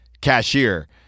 cashier